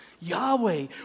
Yahweh